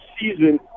season